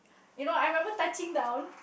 you know I remember touching down